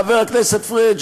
חבר הכנסת פריג',